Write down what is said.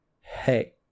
Hey